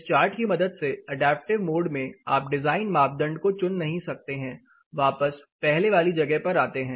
इस चार्ट की मदद से अडैप्टिव मोड में आप डिजाइन मापदंड को चुन नहीं सकते हैं वापस पहले वाली जगह पर आते हैं